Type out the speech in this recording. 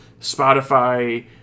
Spotify